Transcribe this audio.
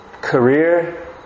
career